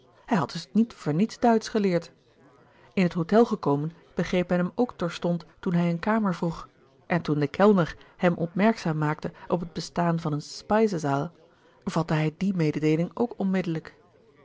hij had dus niet voor niets duitsch geleerd in het hotel gekomen begreep men hem ook terstond toen hij een kamer vroeg en toen de kellner hem opmerkzaam maakte op het bestaan van een speisesaal vatte hij die mededeeling ook onmiddelijk